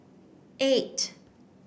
eight